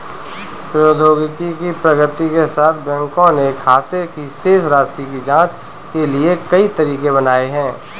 प्रौद्योगिकी की प्रगति के साथ, बैंकों ने खाते की शेष राशि की जांच के लिए कई तरीके बनाए है